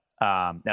Now